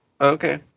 Okay